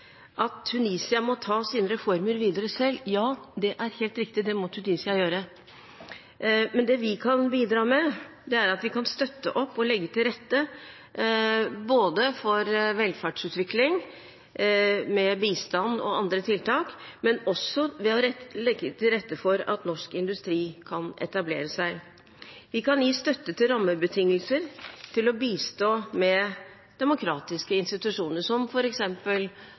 at Tunisia må ta sine reformer videre selv. Ja, det er helt riktig, det må Tunisia gjøre, men det vi kan bidra med, er at vi kan støtte opp om og legge til rette for både velferdsutvikling med bistand og andre tiltak, og også ved å legge til rette for at norsk industri kan etablere seg. Vi kan gi støtte til rammebetingelser til å bistå med demokratiske institusjoner, som